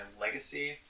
legacy